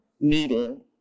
meeting